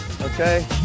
Okay